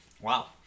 Wow